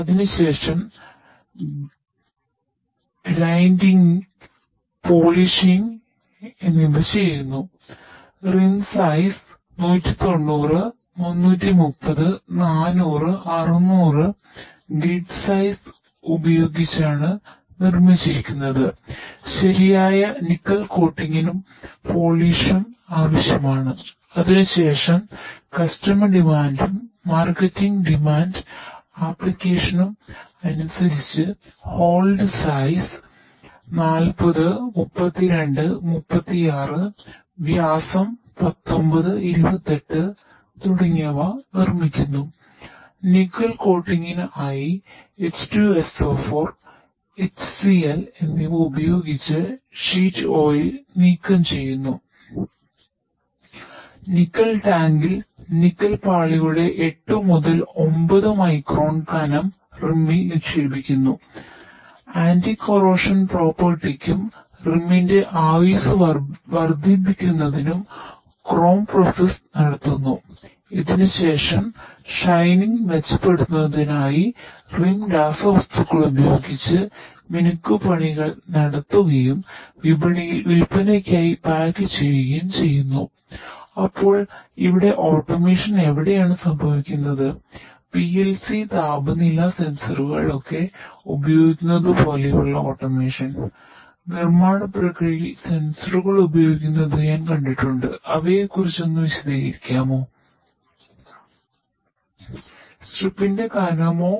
അപ്പോൾ ഇവിടെ ഓട്ടോമേഷൻ ഉപയോഗിക്കുന്നത് ഞാൻ കണ്ടിട്ടുണ്ട് അവയെക്കുറിച്ച് വിശദീകരിക്കാമോ